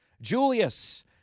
Julius